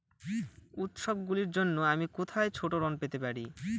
উত্সবগুলির জন্য আমি কোথায় ছোট ঋণ পেতে পারি?